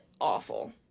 awful